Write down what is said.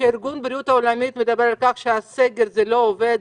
ארגון הבריאות העולמי מדבר על כך שסגר זה לא עובד,